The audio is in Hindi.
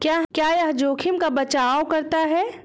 क्या यह जोखिम का बचाओ करता है?